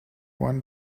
want